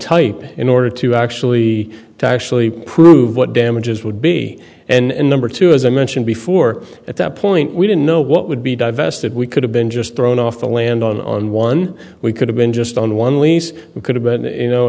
type in order to actually to actually prove what damages would be and number two as i mentioned before at that point we didn't know what would be divested we could have been just thrown off the land on one we could have been just on one lease we could have b